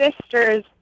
sister's